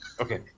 Okay